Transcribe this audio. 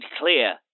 clear